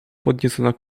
podniecona